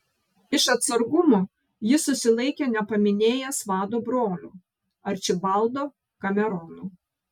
iš atsargumo jis susilaikė nepaminėjęs vado brolio arčibaldo kamerono